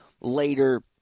later